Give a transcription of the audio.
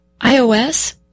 iOS